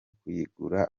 kuyigura